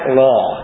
law